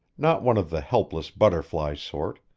not one of the helpless butterfly sort,